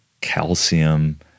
calcium